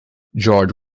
george